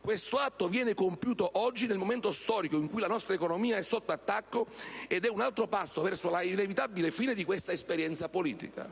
Questo atto viene compiuto oggi nel momento storico in cui la nostra economia è sotto attacco ed è un altro passo verso la inevitabile fine di quest'esperienza politica.